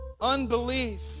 unbelief